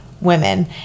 women